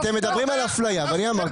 אתם מדברים על אפליה ואני אמרתי